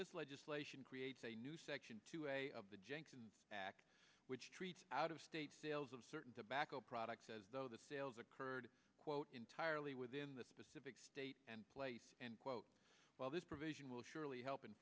this legislation creates a new section two a of the jenkins act which treats out of state sales of certain tobacco products as though the sales occurred quote entirely within the specific state and place and quote while this provision will surely help